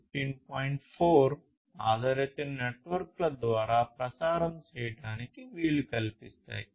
4 ఆధారిత నెట్వర్క్ల ద్వారా ప్రసారం చేయడానికి వీలు కల్పిస్తాయి